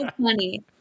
funny